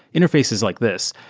interfaces like this.